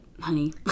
honey